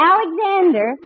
Alexander